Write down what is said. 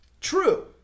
true